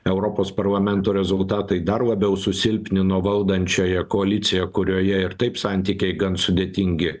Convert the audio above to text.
europos parlamento rezultatai dar labiau susilpnino valdančiąją koaliciją kurioje ir taip santykiai gan sudėtingi